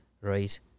right